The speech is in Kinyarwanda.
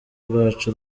rwacu